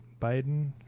Biden